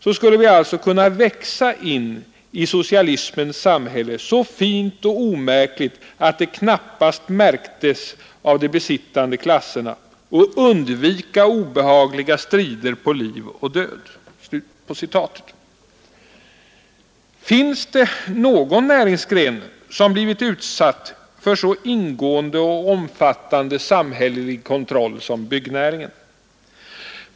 Så skulle vi alltså kunna växa in i socialismens samhälle så fint och omärkligt, att det knappast märktes av de besittande klasserna, och undvika obehagliga strider på liv och död.” Finns det någon näringsgren som blivit utsatt för så ingående och omfattande samhällelig kontroll som byggnäringen?